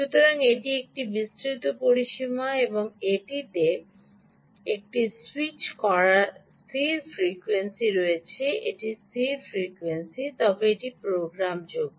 সুতরাং এটি একটি বিস্তৃত পরিসীমা এবং এটিতে স্যুইচ করার স্থির ফ্রিকোয়েন্সি রয়েছে এটি স্থির ফ্রিকোয়েন্সি তবে এটি প্রোগ্রামযোগ্য